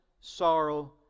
sorrow